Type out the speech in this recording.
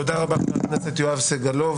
תודה רבה חבר הכנסת יואב סגלוביץ'.